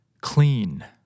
Clean